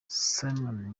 simon